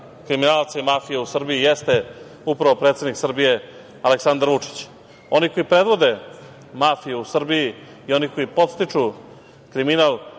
kriminalce i mafiju u Srbiji jeste upravo predsednik Srbije Aleksandar Vučić. Oni koji predvode mafiju u Srbiji i oni koji podstiču kriminal,